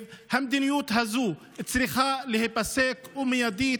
המדיניות הזו צריכה להיפסק ומיידית.